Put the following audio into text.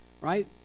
right